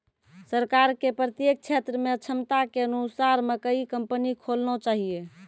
सरकार के प्रत्येक क्षेत्र मे क्षमता के अनुसार मकई कंपनी खोलना चाहिए?